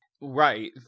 Right